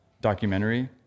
documentary